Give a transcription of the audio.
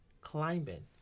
climbing